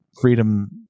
freedom